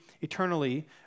eternally